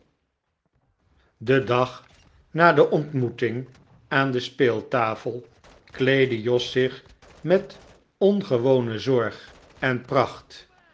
en dag na de ontmoeting aan de speeltafel kleedde jos zich met ongewone zorg en p jjw pracht